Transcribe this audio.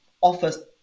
offers